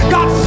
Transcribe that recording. God